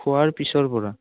খোৱাৰ পিছৰ পৰা